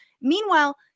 Meanwhile